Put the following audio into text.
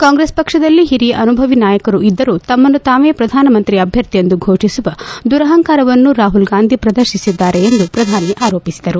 ಕಾಂಗ್ರೆಸ್ ಪಕ್ಷದಲ್ಲಿ ಹಿರಿಯ ಅನುಭವಿ ನಾಯಕರು ಇದ್ದರೂ ತಮ್ನನ್ನು ತಾವೇ ಪ್ರಧಾನಮಂತ್ರಿ ಅಭ್ಯರ್ಥಿ ಎಂದು ಘೋಷಿಸುವ ದುರಹಂಕಾರವನ್ನು ರಾಹುಲ್ ಗಾಂಧಿ ಪ್ರದರ್ತಿಸಿದ್ದಾರೆಂದು ಪ್ರಧಾನಿ ಆರೋಪಿಸಿದರು